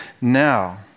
now